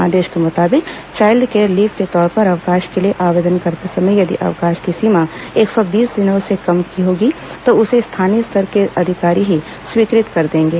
आदेश के मुताबिक child care leave के तौर पर अवकाश के लिए आवेदन करते समय यदि अवकाश की सीमा एक सौ बीस दिनों से कम होगी तो उसे स्थानीय स्तर के अधिकारी ही स्वीकृत कर देंगे